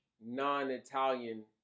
non-Italian